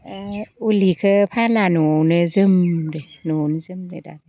उल हिखौ फाना न'आवनो जोमदो न'आवनो जोमदो दा